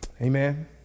Amen